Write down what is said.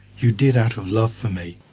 you did out of love for me.